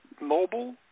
mobile